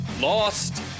Lost